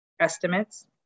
estimates